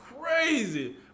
crazy